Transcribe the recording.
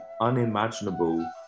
unimaginable